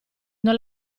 non